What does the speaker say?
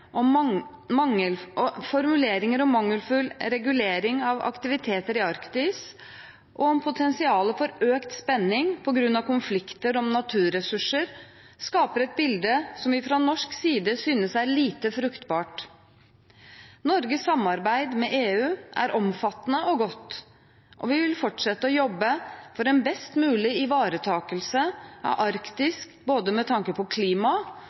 om mangelfull regulering av aktiviteter i Arktis og om potensialet for økt spenning på grunn av konflikter om naturressurser skaper et bilde som vi fra norsk side synes er lite fruktbart. Norges samarbeid med EU er omfattende og godt, og vi vil fortsette å jobbe for en best mulig ivaretakelse av Arktis med tanke på både klima